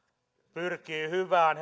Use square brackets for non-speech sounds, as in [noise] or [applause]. pyrkii hyvään [unintelligible]